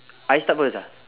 I start first ah